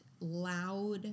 loud